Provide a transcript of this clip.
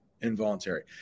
involuntary